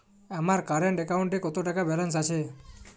আমার কারেন্ট অ্যাকাউন্টে কত টাকা ব্যালেন্স আছে?